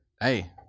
Hey